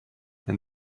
and